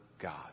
God